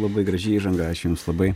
labai graži įžanga ačiū jums labai